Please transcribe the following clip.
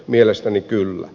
mielestäni kyllä